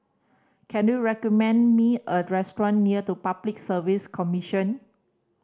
can you recommend me a restaurant near the Public Service Commission